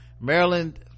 maryland